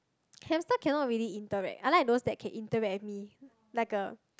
hamster cannot really interact I like those that can interact with me like a